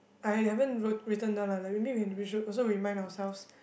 I haven't wrote written down lah maybe when we should also remind ourselves